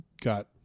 got